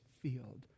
field